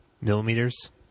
millimeters